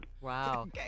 Wow